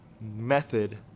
method